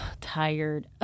tired